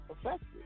effective